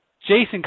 Jason